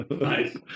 Nice